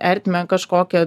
ertmę kažkokią